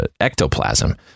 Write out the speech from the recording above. ectoplasm